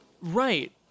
right